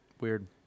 Weird